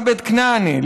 עבד כנעני,